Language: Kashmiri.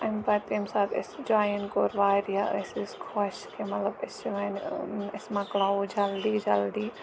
اَمہِ پَتہٕ ییٚمہِ ساتہٕ اَسہِ جاین کوٚر واریاہ ٲسۍ أسۍ خۄش کہِ مطلب أسۍ چھِ وۄنۍ أسۍ مۄکلیو جلدی جلدی